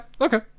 Okay